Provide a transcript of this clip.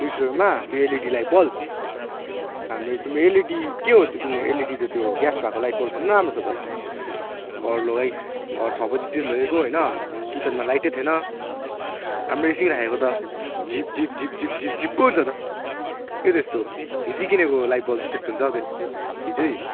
दुई सय रुपियाँमा त्यो एलइडी लाइट बल्ब राम्रै एलइडी के हो तिम्रो त्यो एलइडी त्यो त ग्यास भएको लाइट बल्बभन्दा नराम्रो छ त घर लगाई घर छ बजेतिर लोगेको होइन किचनमा लाइटै थिएन राम्रै एकक्षण राखेको त झिप् झिप् झिप् झिप् पो हुन्छ त के त्यस्तो हिजै किनेको लाइट बल्ब चाहिँ त्यस्तो हुन्छ अबुइ हिजै